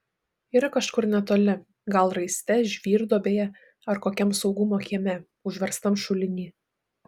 yra kažkur netoli gal raiste žvyrduobėje ar kokiam saugumo kieme užverstam šuliny